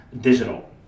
digital